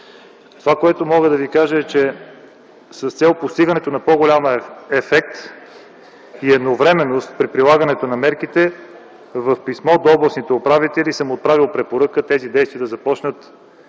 на популацията на комари. С цел постигането на по-голям ефект и едновременност при прилагането на мерките, в писмо до областните управители съм отправил препоръка тези действия да започнат